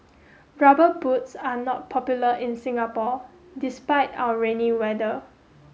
rubber boots are not popular in Singapore despite our rainy weather